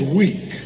weak